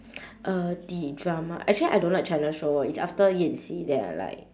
uh the drama actually I don't like china show is after yan xi then I like